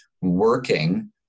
working